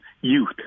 youth